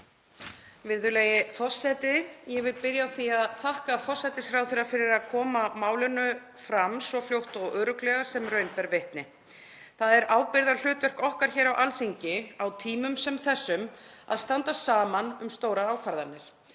Virðulegi forseti. Ég vil byrja á því að þakka forsætisráðherra fyrir að koma málinu fram svo fljótt og örugglega sem raun ber vitni. Það er ábyrgðarhlutverk okkar hér á Alþingi á tímum sem þessum að standa saman um stórar ákvarðanir,